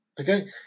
Okay